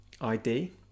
id